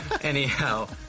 Anyhow